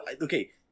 okay